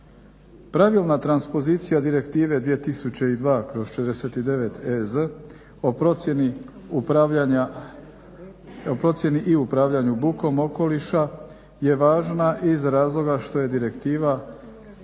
Pravilna transpozicija Direktive 2002/49EZ o procjeni i upravljanju bukom okoliša je važna iz razloga što je direktiva